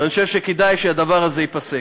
ואני חושב שכדאי שהדבר הזה ייפסק.